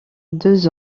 deux